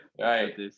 right